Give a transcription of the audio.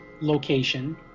location